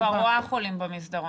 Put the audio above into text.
את רואה כבר עכשיו חולים במסדרון.